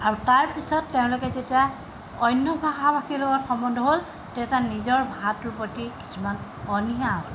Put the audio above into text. আৰু তাৰপিছত তেওঁলোকে যেতিয়া অন্য ভাষা ভাষীৰ লগত সম্বন্ধ হ'ল তেতিয়া নিজৰ ভাষাটোৰ প্ৰতি কিছুমান অনীহা হ'ল